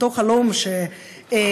אותו חלום שחלמו,